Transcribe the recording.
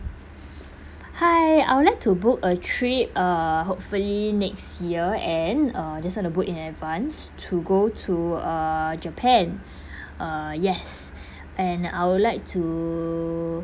hi I would like to book a trip uh hopefully next year end uh just want to book in advance to go to uh japan uh yes and I would like to